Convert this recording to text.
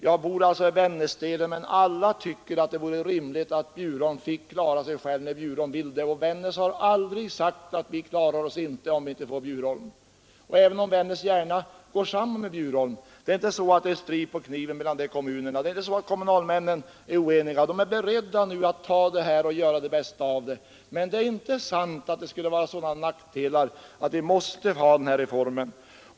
Jag bor alltså själv i Vännäsdelen, men vi tycker alla att det vore rimligt att Bjurholm fick klara sig själv, när Bjurholm vill det. Vännäs har aldrig sagt att vi inte klarar oss om vi inte får Bjurholm. Vännäs går gärna samman med Bjurholm. Det är inte strid på kniven mellan kommunerna, utan vi är beredda att göra det bästa av situationen. Men det är inte sant att det skulle vara så stora nackdelar med nuvarande förhållanden att vi måste ha den här reformen.